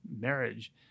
marriage